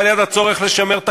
לא, אנחנו נעביר את זה בהחלטת